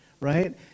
right